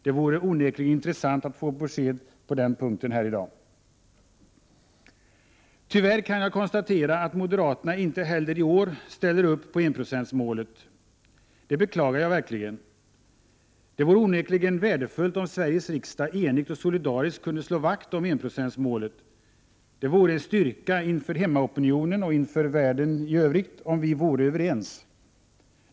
Det vore onekligen intressant att få besked på den punkten här i dag. | Tyvärr kan jag konstatera att moderaterna inte heller i år ställer upp på enprocentsmålet. Det beklagar jag verkligen. Det vore onekligen värdefullt om Sveriges riksdag enigt och solidariskt kunde slå vakt om enprocentsmålet. Det vore en styrka inför hemmaopinionen och inför världen i övrigt om vi vore överens.